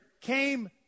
came